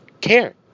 Care